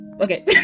okay